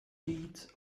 deeds